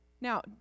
Now